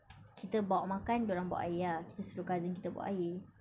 kita bawa makan dia orang bawa air ah kita suruh cousin kita bawa air